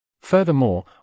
Furthermore